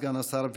סגן השר,